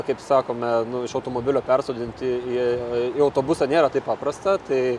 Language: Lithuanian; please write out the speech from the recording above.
kaip sakome nu iš automobilio persodinti į į autobusą nėra taip paprasta tai